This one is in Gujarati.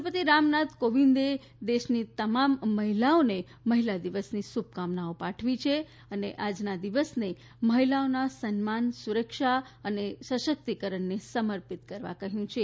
રાષ્ટ્રપતિ રામનાથ કોવિંદે દેશની તમામ મહિલાની શુભકામનાઓ પાઠવી છે અને આજના દિવસને મહિલાઓના સન્માન સુરક્ષા અને સશક્તિકરણને સમર્પિત કરવા કહ્યું છે